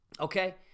Okay